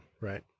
right